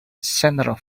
center